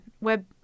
Web